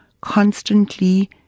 constantly